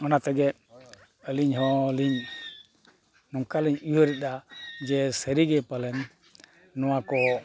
ᱚᱱᱟ ᱛᱮᱜᱮ ᱟᱹᱞᱤᱧ ᱦᱚᱸᱞᱤᱧ ᱱᱚᱝᱠᱟᱞᱤᱧ ᱩᱭᱦᱟᱹᱨᱮᱫᱟ ᱡᱮ ᱥᱟᱹᱨᱤ ᱜᱮ ᱯᱟᱞᱮᱱ ᱱᱚᱣᱟ ᱠᱚ